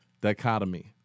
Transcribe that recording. dichotomy